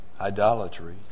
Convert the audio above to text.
idolatry